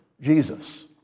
Jesus